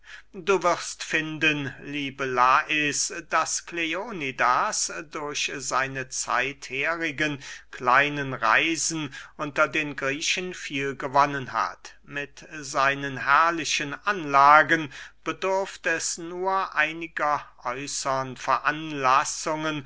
du wirst finden liebe lais daß kleonidas durch seine zeitherige kleine reisen unter den griechen viel gewonnen hat mit seinen herrlichen anlagen bedurft es nur einiger äußern veranlassungen